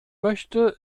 möchte